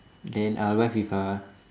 then I will buy Fifa